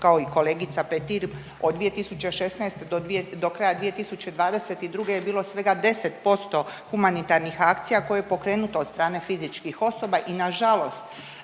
kao i kolegica Petir, od 2016. do kraja 2022. je bilo svega 10% humanitarnih akcija koje pokrenuto od strane fizičkih osoba i nažalost